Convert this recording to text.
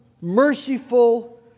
merciful